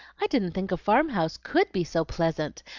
i didn't think a farm-house could be so pleasant.